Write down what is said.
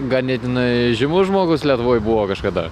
ganėtinai žymus žmogus lietuvoje buvo kažkada